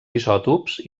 isòtops